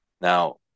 Now